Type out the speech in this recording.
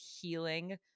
healing